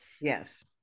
Yes